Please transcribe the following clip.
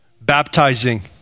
baptizing